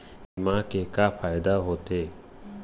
बीमा के का फायदा होते?